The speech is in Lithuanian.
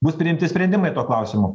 bus priimti sprendimai tuo klausimu